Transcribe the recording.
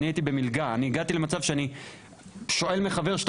ועדיין הגעתי למצב שאני שואל מחבר 100